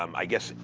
um i guess,